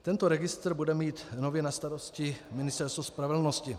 Tento registr bude mít nově na starosti Ministerstvo spravedlnosti.